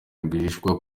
rwihishwa